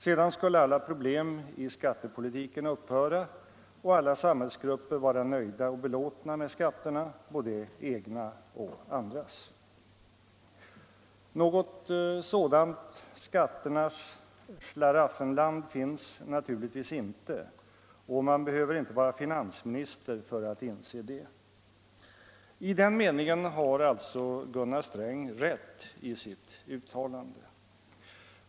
Sedan skulle alla problem i skattepolitiken upphöra och alla samhällsgrupper vara nöjda och belåtna med skatterna, både egna och andras. Något sådant skatternas Schlaraffenland finns naturligtvis inte och man behöver inte vara finansminister för att inse det. I den meningen har alltså Gunnar Sträng rätt i sitt uttalande.